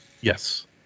Yes